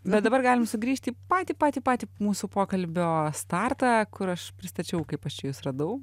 bet dabar galim sugrįžti į patį patį patį mūsų pokalbio startą kur aš pristačiau kaip aš čia jus radau